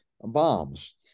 bombs